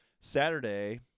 Saturday